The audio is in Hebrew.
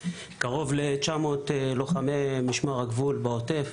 קרוב ל-900 לוחמי משמר הגבול בעוטף